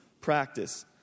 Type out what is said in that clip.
practice